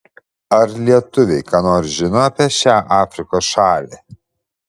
ar lietuviai ką nors žino apie šią afrikos šalį